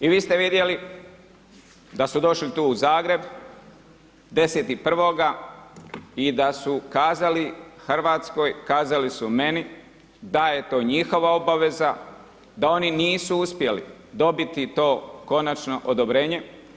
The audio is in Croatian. I vi ste vidjeli da su došli tu u Zagreb, 10.1. i da su kazali Hrvatskoj, kazali su meni, da je to njihova obaveza, da oni nisu uspjeli dobiti to konačno odobrenje.